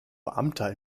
beamter